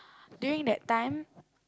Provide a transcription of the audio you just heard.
during that time